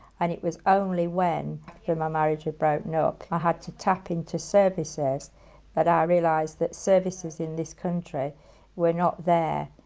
and it was only when my marriage had broken up, i had to tap into services that i realised that services in this country were not there,